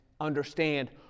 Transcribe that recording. understand